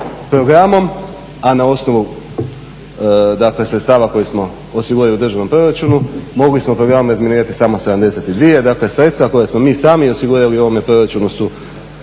programom, a na osnovu dakle sredstava koje smo osigurali u državnom proračunu mogli smo programom razminirati samo 72 dakle sredstva koja smo mi sami osigurali u ovome proračunu su